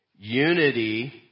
unity